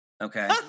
okay